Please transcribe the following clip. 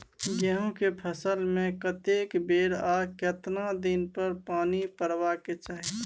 गेहूं के फसल मे कतेक बेर आ केतना दिन पर पानी परबाक चाही?